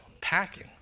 packing